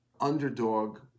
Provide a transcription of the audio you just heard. underdog